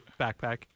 backpack